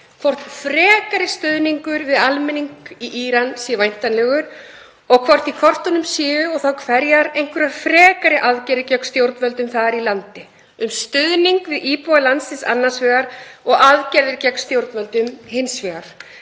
hvort frekari stuðningur við almenning í Íran sé væntanlegur og hvort í kortunum séu einhverjar frekari aðgerðir, og þá hverjar, gegn stjórnvöldum þar í landi, um stuðning við íbúa landsins annars vegar og aðgerðir gegn stjórnvöldum hins vegar.